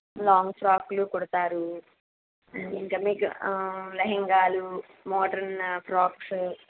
long ఫ్రాక్లు కుడతారు ఇంక మీకు లెహంగాలు మోడ్రన్ ఫ్రాక్సు